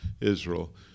Israel